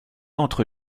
entre